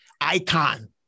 icon